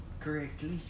correctly